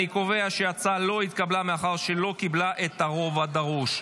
אני קובע שההצעה לא התקבלה מאחר שלא קיבלה את הרוב הדרוש.